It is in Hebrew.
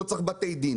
לא צריך בתי דין.